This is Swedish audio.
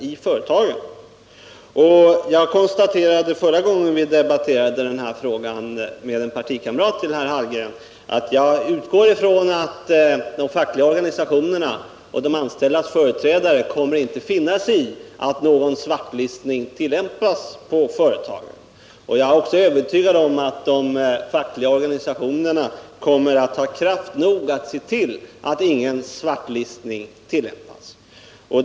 När vi förra gången debatterade denna fråga framhöll jag för en partikamrat till herr Hallgren att jag utgår från att de fackliga organisationerna och de anställdas företrädare inte kommer att finna sig i att någon svartlistning tillämpas i företagen. Jag är också övertygad om att de fackliga organisationerna kommer att ha kraft nog att se till att ingen svartlistning tillämpas.